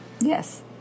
Yes